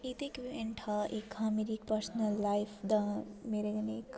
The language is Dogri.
एह् ते इवेंट हा मेरी पर्सनल लाईफ दा मेरे कन्नै इक